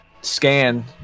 scan